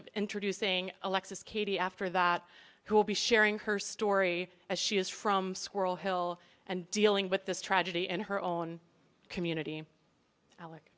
of introducing alexis katie after that who will be sharing her story as she is from squirrel hill and dealing with this tragedy in her own community